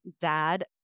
dad